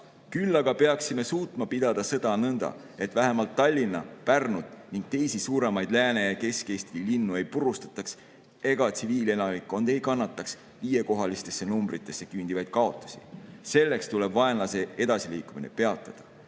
küll aga peaksime suutma pidada sõda nõnda, et vähemalt Tallinna, Pärnut ning teisi suuremaid Lääne- ja Kesk-Eesti linnu ei purustaks ega tsiviilelanikkond ei kannaks viiekohalistesse numbritesse küündivaid kaotusi. Selleks tuleb vaenlase edasiliikumine peatada.